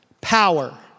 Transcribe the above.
power